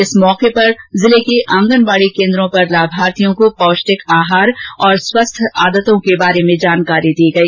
इस अवसर पर जिले के आंगनवाड़ी केंद्रों पर लाभार्थियों को पौष्टिक आहार और स्वस्थ आदतों के बारे में जानकारी दी गई